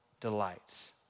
delights